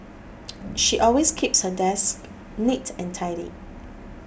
she always keeps her desk neat and tidy